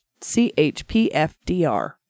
chpfdr